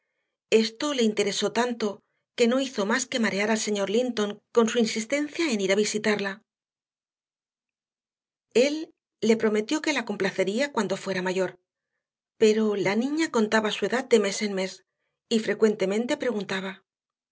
esto le interesó tanto que no hizo más que marear al señor linton con su insistencia en ir a visitarla él le prometió que la complacería cuando fuera mayor pero la niña contaba su edad de mes en mes y frecuentemente preguntaba